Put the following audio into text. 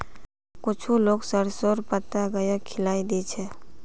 कुछू लोग सरसोंर पत्ता गाइक खिलइ दी छेक